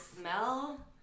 smell